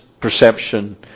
perception